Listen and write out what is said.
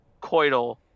coital